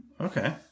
Okay